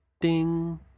ding